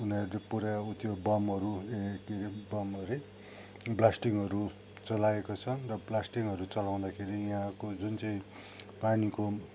उनीहरूले पुरा उ त्यो बमहरू ए के अरे बम अरे ब्लास्टिङहरू चलाएको छ र ब्लास्टिङहरू चलाउँदाखेरि यहाँको जुन चाहिँ पानीको